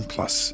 Plus